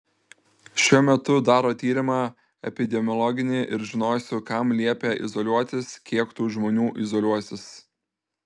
šiuo metu daro tyrimą epidemiologinį ir žinosiu kam liepia izoliuotis kiek tų žmonių izoliuosis